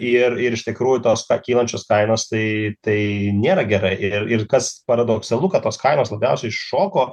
ir ir iš tikrųjų tos pakylančios kainos tai tai nėra gerai ir ir kas paradoksalu kad tos kainos labiausiai šoko